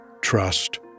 trust